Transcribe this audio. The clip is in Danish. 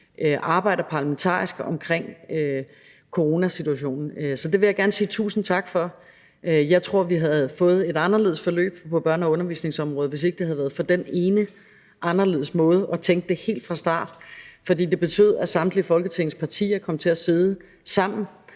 arbejder parlamentarisk omkring coronasituationen på. Så det vil jeg gerne sige tusind tak for. Jeg tror, at vi havde fået et anderledes forløb på børne- og undervisningsområdet, hvis ikke det havde været for dén ene anderledes måde at tænke det helt fra starten på, fordi det betød, at samtlige folketingspartier kom til at sidde sammen